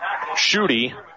Shooty